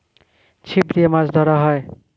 ছিপ দিয়ে মাছ ধরা হয়